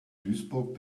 duisburg